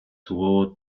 toward